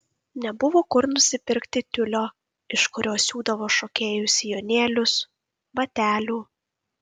nebuvo kur nusipirkti tiulio iš kurio siūdavo šokėjų sijonėlius batelių